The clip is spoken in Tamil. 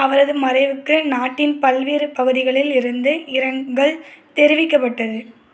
அவரது மறைவுக்கு நாட்டின் பல்வேறு பகுதிகளில் இருந்தும் இரங்கல் தெரிவிக்கப்பட்டது